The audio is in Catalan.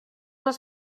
els